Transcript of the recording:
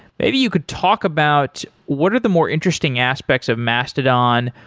maybe you could talk about what are the more interesting aspects of mastodon.